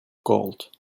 gold